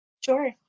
Sure